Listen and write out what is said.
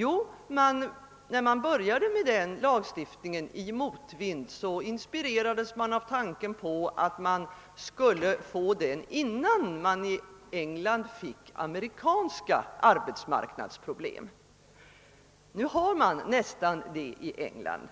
Jo, när man i motvind började arbeta för att få till stånd denna lagstiftning, inspirerades man av tanken på att man skulle kunna genomföra den innan man i England fick amerikanska arbetsmarknadsproblem. Nu. har man nästan det i England.